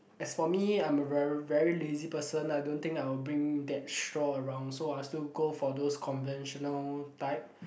as for me I'm a ver~ very lazy person I don't think I will bring that straw around so I'll still go for those conventional type